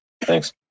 thanks